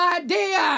idea